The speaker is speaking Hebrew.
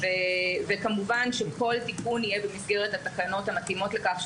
כמובן שכל תיקון יהיה במסגרת התקנות המתאימות לכך,